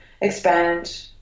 expand